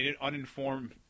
uninformed